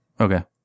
Okay